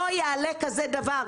לא יעלה על הדעת כזה דבר.